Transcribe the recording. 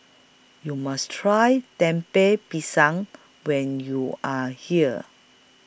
YOU must Try Temper Pisang when YOU Are here